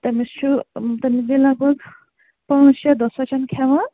تٔمِس چھُ تٔمِس گٔے لگ بھگ پانٛژھ شےٚ دۄہ سۄ چھَنہٕ کھیٚوان